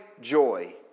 joy